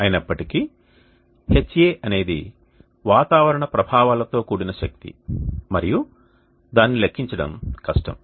అయినప్పటికీ Ha అనేది వాతావరణ ప్రభావాలతో కూడిన శక్తి మరియు దానిని లెక్కించడం కష్టం